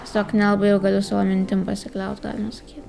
tiesiog nelabai jau galiu savo mintim pasikliaut galima sakyt